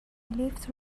لیفت